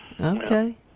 Okay